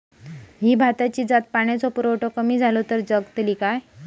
ही भाताची जात पाण्याचो पुरवठो कमी जलो तर जगतली काय?